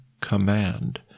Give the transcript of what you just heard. command